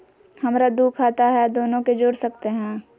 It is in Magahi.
हमरा दू खाता हय, दोनो के जोड़ सकते है?